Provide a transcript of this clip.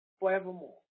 Forevermore